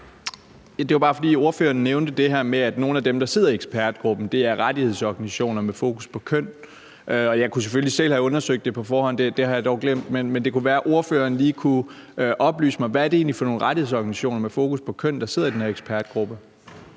Det var bare, fordi ordføreren nævnte det her med, at nogle af dem, der sidder i ekspertgruppen, er rettighedsorganisationer med fokus på køn. Jeg kunne selvfølgelig selv have undersøgt det på forhånd. Det har jeg dog glemt. Men det kunne være, ordføreren lige kunne oplyse mig om, hvad det egentlig er for nogle rettighedsorganisationer med fokus på køn, der sidder i den her ekspertgruppe.